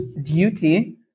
duty